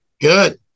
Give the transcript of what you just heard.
Good